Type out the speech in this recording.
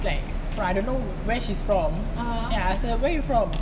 like for I don't know where she's from then I ask her where you from